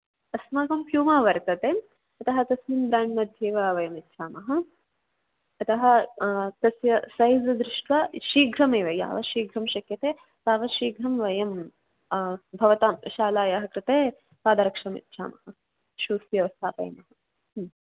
अस्माकं प्यूमा वर्तते अतः तस्मिन् ब्रेण्ड् मध्ये एव वयं यच्छामः अतः तस्य सैज़् दृष्ट्वा शीघ्रमेव यावत् शीघ्रं शक्यते तावत् शीघ्रं वयं भवतां शालायाः कृते पादरक्षां यच्छामः शूस् व्यवस्थापयामः आम्